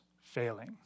failing